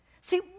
See